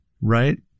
right